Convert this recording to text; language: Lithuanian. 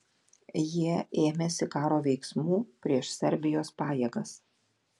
jie ėmėsi karo veiksmų prieš serbijos pajėgas